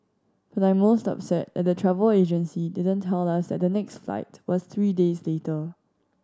but I'm most upset that the travel agency didn't tell us that the next flight was three days later